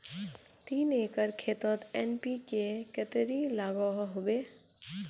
तीन एकर खेतोत एन.पी.के कतेरी लागोहो होबे?